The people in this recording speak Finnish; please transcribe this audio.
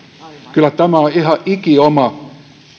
kyllä tämä on ihan ikioma